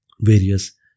various